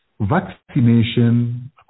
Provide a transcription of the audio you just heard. Vaccination